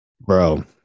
bro